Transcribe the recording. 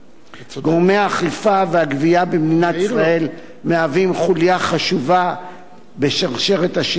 גורמי האכיפה והגבייה במדינת ישראל מהווים חוליה חשובה בשרשרת השלטון,